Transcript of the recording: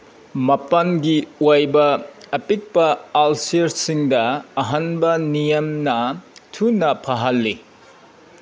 ꯃꯄꯥꯟꯒꯤ ꯑꯣꯏꯕ ꯑꯄꯤꯛꯄ ꯑꯜꯁꯔꯁꯤꯡꯗ ꯑꯍꯥꯟꯕ ꯅꯤꯌꯝꯅ ꯊꯨꯅ ꯐꯍꯜꯂꯤ